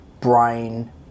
brain